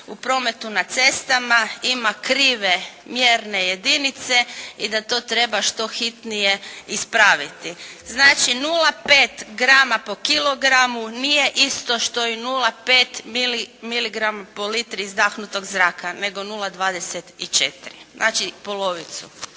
u prometu na cestama ima krive mjerne jedinice i da to treba što hitnije ispraviti. Znači 0,5 grama po kilogramu nije isto što i 0,5 miligrama po litri izdahnutog zraka, nego 0,24. Znači polovicu.